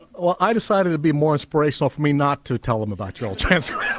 well i decided to be more inspirational for me not to tell them about y'all transfer yeah